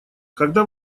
когда